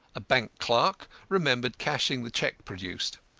a bank clerk, remembered cashing the cheque produced.